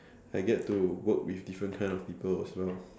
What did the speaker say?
I get to work with different kind of people as well